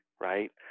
right